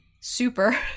super